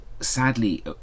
sadly